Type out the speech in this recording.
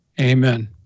Amen